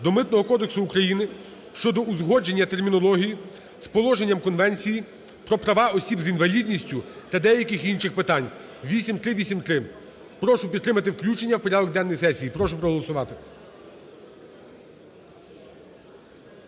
до Митного кодексу України щодо узгодження термінології з положеннями Конвенції про права осіб з інвалідністю та деяких інших питань (8383). Прошу підтримати включення в порядок денний сесії. Прошу проголосувати.